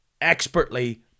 expertly